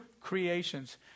creations